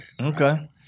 Okay